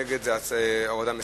ונגד זה הורדה מסדר-היום.